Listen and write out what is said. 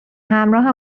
همراه